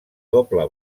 doble